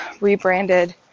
rebranded